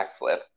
backflip